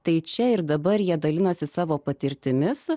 tai čia ir dabar jie dalinosi savo patirtimis